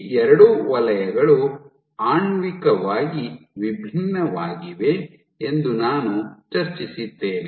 ಈ ಎರಡು ವಲಯಗಳು ಆಣ್ವಿಕವಾಗಿ ವಿಭಿನ್ನವಾಗಿವೆ ಎಂದು ನಾನು ಚರ್ಚಿಸಿದ್ದೇನೆ